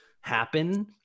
happen